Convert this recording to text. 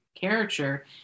character